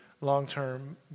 long-term